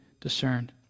discerned